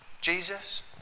Jesus